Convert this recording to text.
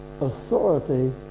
authority